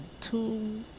two